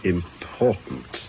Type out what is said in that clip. Important